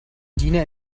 diener